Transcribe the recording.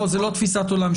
זאת לא תפיסת עולם.